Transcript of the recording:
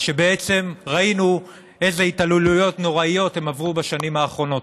שראינו איזה התעללויות נוראיות הם עברו בשנים האחרונות.